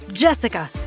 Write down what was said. Jessica